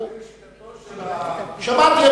לשיטתו של, שמעתי.